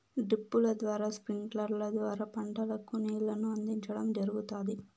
డ్రిప్పుల ద్వారా స్ప్రింక్లర్ల ద్వారా పంటలకు నీళ్ళను అందించడం జరుగుతాది